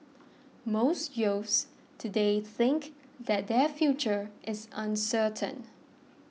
most youths today think that their future is uncertain